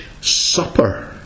supper